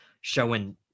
showing